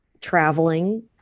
traveling